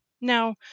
Now